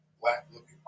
black-looking